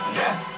yes